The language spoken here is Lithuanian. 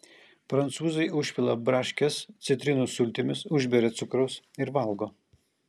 prancūzai užpila braškes citrinų sultimis užberia cukraus ir valgo